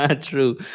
true